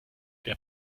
der